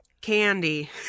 candy